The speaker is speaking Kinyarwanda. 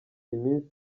iminsi